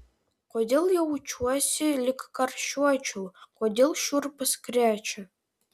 kodėl jaučiuosi lyg karščiuočiau kodėl šiurpas krečia